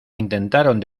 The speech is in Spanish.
intentaron